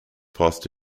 passed